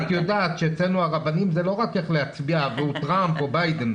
את יודעת שאצלנו הרבנים זה לא רק איך להצביע עבור טרמפ או ביידן.